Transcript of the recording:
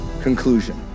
conclusion